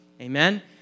Amen